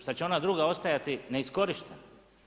Šta će ona druga ostati neiskorištena?